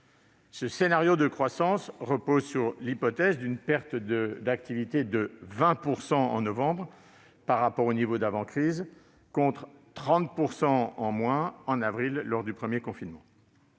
Ce scénario de croissance repose sur l'hypothèse d'une perte d'activité de 20 % par rapport au niveau d'avant-crise en novembre, contre 30 % en avril, lors du premier confinement.